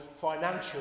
financial